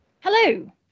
hello